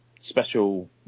special